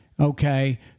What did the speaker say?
Okay